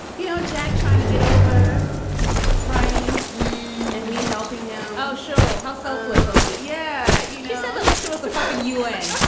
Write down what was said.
you know, jack trying to get over franey and me helping him. oh, show how selfless of you. yeah. you look like she was the fucking u n.